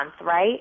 right